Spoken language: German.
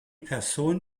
person